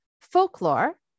folklore